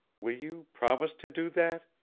will you promise to do that?